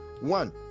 one